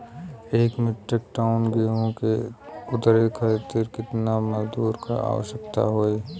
एक metric tonne गेहूँ के उतारे खातीर कितना मजदूर क आवश्यकता होई?